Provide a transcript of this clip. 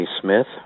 Smith